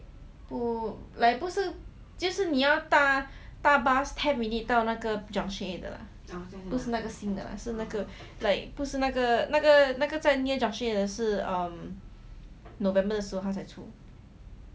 不 like 不是就是你要搭 bus ten minute 到那个 junction eight 的不是那个新的是那个那个那个在 near junction eight 的是 november 的时候他才出